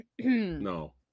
No